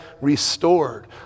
restored